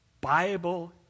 Bible